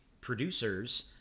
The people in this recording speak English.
producers